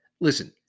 listen